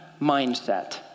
mindset